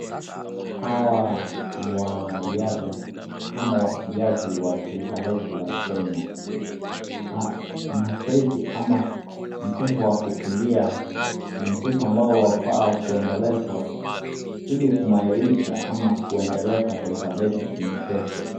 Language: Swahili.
Hawa ni wanariadha ama wakimbiaji wa taifa letu la Kenya. Mazoezi ama mchezo wa kukimbia ni mchezo ambao wafaa kuendelezwa ili kuimarisha ama kuendeleza taifa letu kimchezo.